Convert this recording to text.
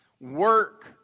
Work